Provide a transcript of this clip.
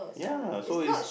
ya so it's